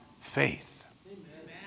faith